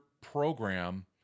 program